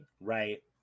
Right